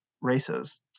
races